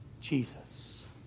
Jesus